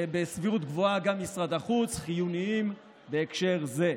ובסבירות גבוהה גם משרד החוץ, חיוניים בהקשר זה.